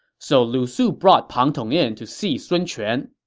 so lu su brought pang tong in to see sun quan.